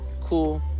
cool